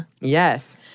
Yes